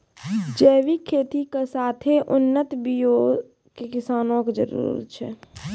जैविक खेती के साथे उन्नत बीयो के किसानो के जरुरत छै